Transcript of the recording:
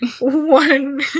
One